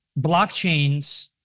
blockchains